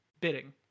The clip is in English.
bidding